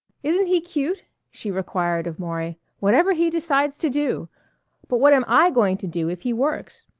isn't he cute? she required of maury. whatever he decides to do but what am i going to do if he works?